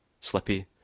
Slippy